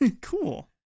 Cool